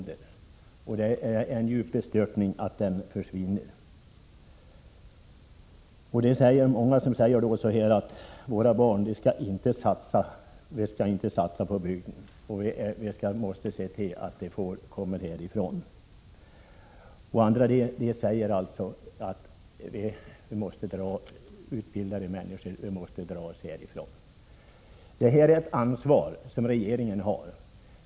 Befolkningen är djupt bestört över att den försvinner. Många säger så här: Våra barn skall inte satsa på bygden utan måste se till att de kommer härifrån. Efter genomgången utbildning skall de alltså flytta bort. Det är regeringen som har ansvaret.